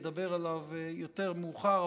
אדבר עליו יותר מאוחר,